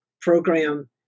program